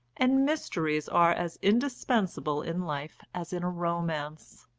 and mysteries are as indispensable in life as in a romance.